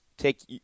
Take